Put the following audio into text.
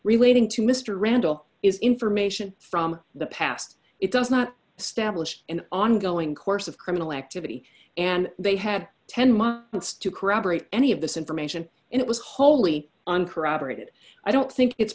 relating to mr randall is information from the past it does not stablished an ongoing course of criminal activity and they had ten more points to corroborate any of this information and it was wholly uncorroborated i don't think it's